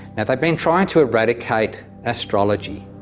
now, they've been trying to eradicate astrology,